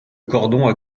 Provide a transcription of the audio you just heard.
cordon